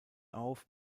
auf